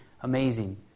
Amazing